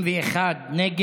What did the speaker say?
בעד, 42, 51 נגד,